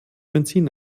benzin